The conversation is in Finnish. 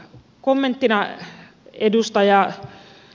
kommenttina edustaja